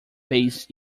based